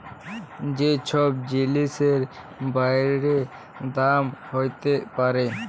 যে ছব জিলিসের বাইড়ে দাম হ্যইতে পারে